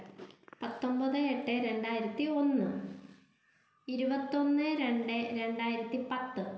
പത്തൊമ്പത് എട്ട് രണ്ടായിരത്തി ഒന്ന് ഇരുപത്തൊന്ന് രണ്ട് രണ്ടായിരത്തി പത്ത്